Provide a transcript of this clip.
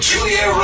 Julia